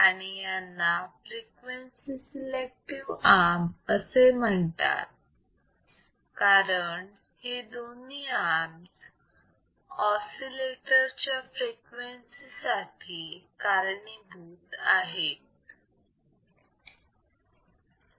आणि यांना frequency selective arm असे म्हणतात कारण हे दोन्ही आर्मस ऑसिलेटर च्या फ्रिक्वेन्सी साठी कारणीभूत असतात